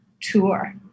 tour